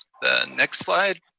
the next slide.